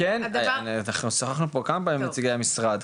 אנחנו שוחחנו פה כמה פעמים עם נציגי המשרד,